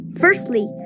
Firstly